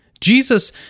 Jesus